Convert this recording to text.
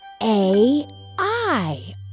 AI